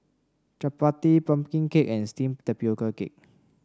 chappati pumpkin cake and steamed Tapioca Cake